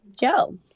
Joe